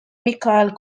mikhail